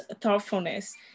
thoughtfulness